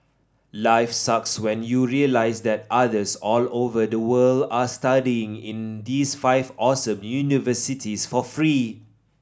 life sucks when you realise that others all over the world are studying in these five awesome universities for free